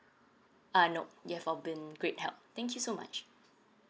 ah nope you've of been great help thank you so much